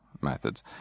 methods